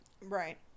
Right